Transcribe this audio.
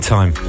Time